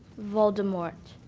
voldemort.